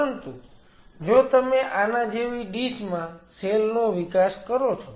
પરંતુ જો તમે આના જેવી ડીશ માં સેલ નો વિકાસ કરો છો